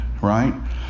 right